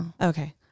okay